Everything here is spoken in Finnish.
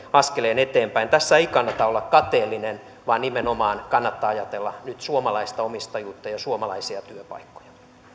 askeleen eteenpäin tässä ei kannata olla kateellinen vaan nimenomaan kannattaa ajatella nyt suomalaista omistajuutta ja suomalaisia työpaikkoja